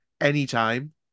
anytime